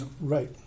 Right